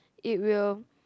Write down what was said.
it will